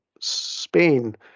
Spain